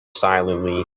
silently